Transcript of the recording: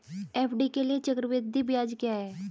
FD के लिए चक्रवृद्धि ब्याज क्या है?